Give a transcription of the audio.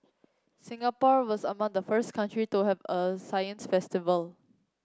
Singapore was among the first country to have a science festival